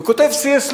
וכותב סי.אס.